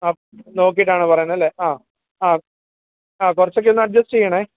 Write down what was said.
ആ നോക്കിയിട്ടാണ് പറയുന്നത് അല്ലേ ആ ആ കുറച്ചൊക്കെ ഒന്ന് അഡ്ജസ്റ്റെ ചെയ്യണം